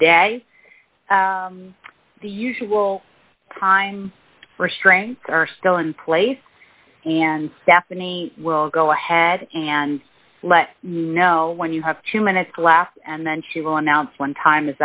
today the usual time restraints are still in place and stephanie will go ahead and let you know when you have two minutes left and then she will announce one time